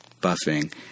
buffing